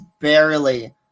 barely